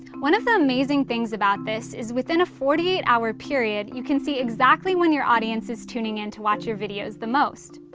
one of the amazing things about this is, within a forty eight hour period you can see exactly when your audience is tuning in to watch your videos the most.